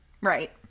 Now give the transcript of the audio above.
Right